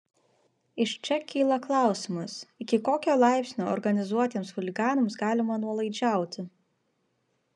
iš čia kyla klausimas iki kokio laipsnio organizuotiems chuliganams galima nuolaidžiauti